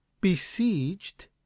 Besieged